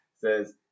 says